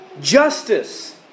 Justice